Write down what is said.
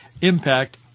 impact